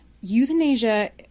Euthanasia